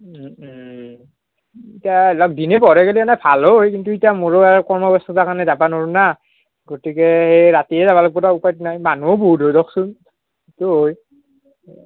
এতিয়া অলপ দিনে পোহৰে গেলি এনে ভালো হয় কিন্তু এতিয়া মোৰো আৰু কৰ্ম ব্যস্ততাৰ কাৰণে যাবা নোৱাৰো না গতিকে এ ৰাতিয়ে যাব লাগিব দিয়ক উপায়তো নাই মানুহো বহুত হয় দিয়কচোন সেইটোও হয়